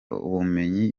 ubumenyi